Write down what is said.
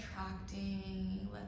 attracting